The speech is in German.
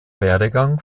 werdegang